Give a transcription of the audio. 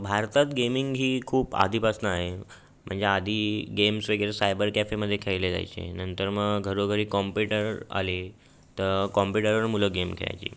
भारतात गेमिंग ही खूप आधीपासून आहे म्हणजे आधी गेम्स वगैरे सायबर कॅफेमध्ये खेळले जायचे नंतर मग घरोघरी कॉम्प्युटर आले तर कॉम्प्युटरवर मुलं गेम खेळायची